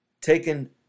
taken